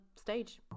stage